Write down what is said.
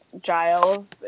Giles